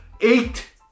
Eight